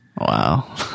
Wow